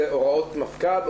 זה הוראות מפכ"ל,